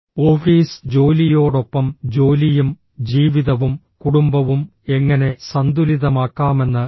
office ജോലിയോടൊപ്പം ജോലിയും ജീവിതവും കുടുംബവും എങ്ങനെ സന്തുലിതമാക്കാമെന്ന് എ